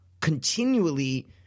continually